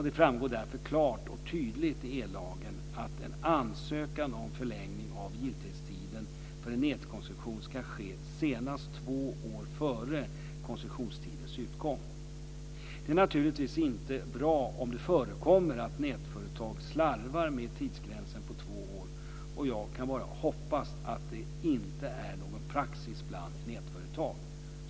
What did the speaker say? Det framgår därför klart och tydligt i ellagen att en ansökan om förlängning av giltighetstiden för en nätkoncession ska ske senast två år före koncessionstidens utgång. Det är naturligtvis inte bra om det förekommer att nätföretag slarvar med tidsgränsen på två år och jag kan bara hoppas att detta inte är någon praxis bland nätföretag.